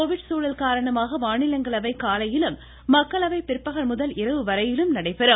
Covid சூழல் காரணமாக மாநிலங்களவை காலையிலும் மக்களவை பிற்பகல் முதல் இரவு வரையிலும் நடைபெறும்